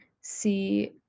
see